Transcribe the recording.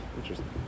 Interesting